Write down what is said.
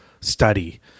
study